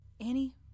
Annie